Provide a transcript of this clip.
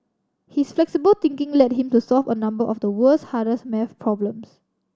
his flexible thinking led him to solve a number of the world's hardest maths problems